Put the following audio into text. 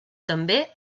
també